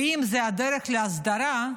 ואם זו הדרך להסדרה,